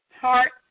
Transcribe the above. heart